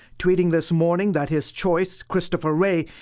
tweeting this morning that his choice, christopher wray,